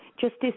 Justice